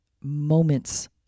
moments